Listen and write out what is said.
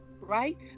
Right